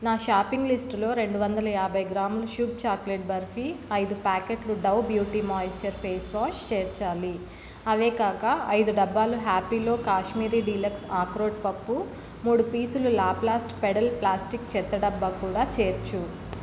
నా షాపింగ్ లిస్టులో రెండు వందల యాబై గ్రాములు శుభ్ చాక్లెట్ బర్ఫీ ఐదు ప్యాకెట్లు Dove beauty moisture face wash చేర్చాలి అవే కాక ఐదు డబ్బాలు హ్యపీలో కాశ్మీరీ డీలక్స్ అక్రోటు పప్పు మూడు పీసులు లాప్లాస్ట్ పెడల్ ప్లాస్టిక్ చెత్తడబ్బా కూడా చేర్చు